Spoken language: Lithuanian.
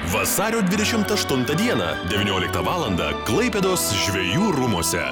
vasario dvidešimt aštuntą dieną devyniolitą valandą klaipėdos žvejų rūmuose